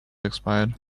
expired